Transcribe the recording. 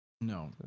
No